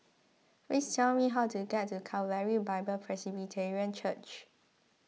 please tell me how to get to Calvary Bible Presbyterian Church